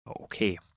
okay